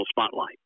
spotlight